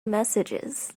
messages